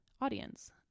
audience